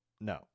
no